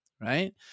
Right